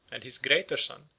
and his greater son,